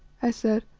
i said,